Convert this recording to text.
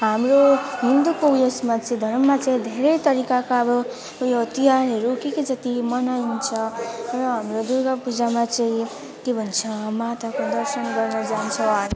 हाम्रो हिन्दूको यसमा चाहिँ धर्ममा चाहिँ धेरै तरिकाका अब ऊ यो तिहारहरू के के जाति मनाउँछ र हाम्रो दुर्गा पूजामा चाहिँ के भन्छ माताको दर्शन गर्न जान्छ हामी